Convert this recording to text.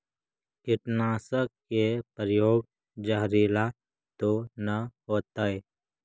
कीटनाशक के प्रयोग, जहरीला तो न होतैय?